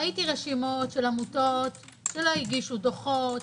ראיתי רשימות של עמותות שלא הגישו דוחות,